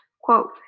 quote